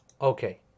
Okay